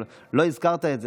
אבל לא הזכרת את זה.